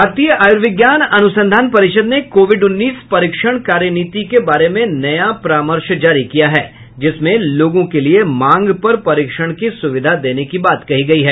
भारतीय आयुर्विज्ञान अनुसंधान परिषद ने कोविड उन्नीस परीक्षण कार्यनीति के बारे में नया परामर्श जारी किया है जिसमें लोगों के लिए मांग पर परीक्षण की सुविधा देने की बात कही गई है